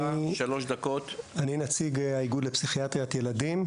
אני נציג האיגוד לפסיכיאטריית ילדים,